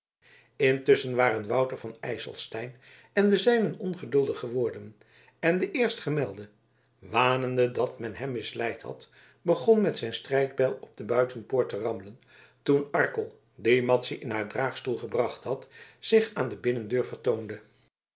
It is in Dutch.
intusschen waren wouter van ijselstein en de zijnen ongeduldig geworden en de eerstgemelde wanende dat men hem misleid had begon met zijn strijdbijl op de buitenpoort te rammelen toen arkel die madzy in haar draagstoel gebracht had zich aan de binnendeur vertoonde